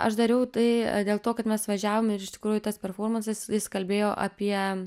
aš dariau tai dėl to kad mes važiavom ir iš tikrųjų tas performansas jis kalbėjo apie